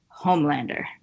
Homelander